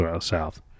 south